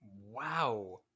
Wow